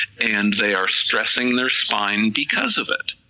and they are stressing their spine because of it,